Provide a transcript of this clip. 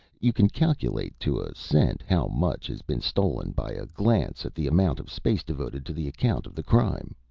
you can calculate to a cent how much has been stolen by a glance at the amount of space devoted to the account of the crime.